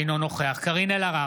אינו נוכח קארין אלהרר,